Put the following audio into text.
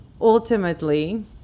Ultimately